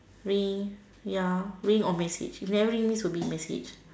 ring ya ring or message if never ring means will be message